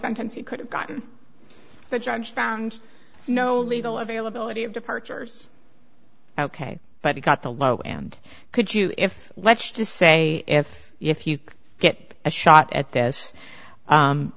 sentence he could have gotten the judge found no legal availability of departures ok but he got the law and could you if let's just say if if you get a shot at this